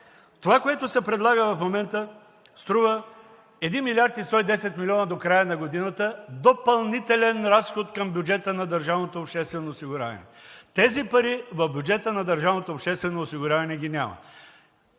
това, което се предлага в момента, струва 1 млрд. 110 млн. до края на годината допълнителен разход откъм бюджета на държавното обществено осигуряване. Тези пари в бюджета на държавното обществено осигуряване ги няма.